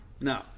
No